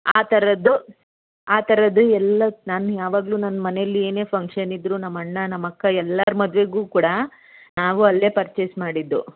ಆ ಥರದ್ದು ಆ ಥರದು ಎಲ್ಲ ನಾನು ಯಾವಾಗಲೂ ನನ್ನ ಮನೆಲ್ಲಿ ಏನೇ ಫಂಕ್ಷನ್ ಇದ್ರೂ ನಮ್ಮ ಅಣ್ಣ ನಮ್ಮ ಅಕ್ಕ ಎಲ್ಲಾರ ಮದುವೆಗೂ ಕೂಡ ನಾವು ಅಲ್ಲೇ ಪರ್ಚೇಸ್ ಮಾಡಿದ್ದು